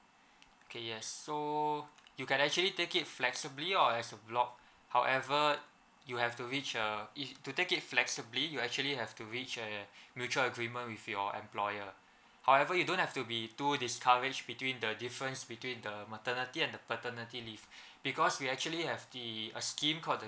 okay yes so you can actually take it flexibly or as a block however you have to reach err to take it flexibly you actually have to reach a mutual agreement with your employer however you don't have to be too discourage between the difference between the maternity and the paternity leave because we actually have the a scheme called the